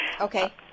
Okay